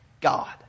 God